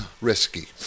risky